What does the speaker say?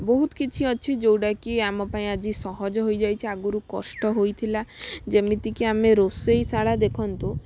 ବହୁତ କିଛି ଅଛି ଯେଉଁଡ଼ା କି ଆମ ପାଇଁ ଆଜି ସହଜ ହୋଇଯାଇଛି ଆଗରୁ କଷ୍ଟ ହେଇଥିଲା ଯେମିତି କି ଆମେ ରୋଷେଇଶାଳା ଦେଖନ୍ତୁ